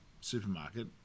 supermarket